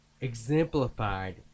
exemplified